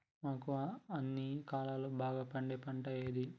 మనకు అన్ని కాలాల్లో బాగా పండే పంట ఏది?